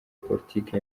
politike